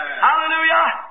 Hallelujah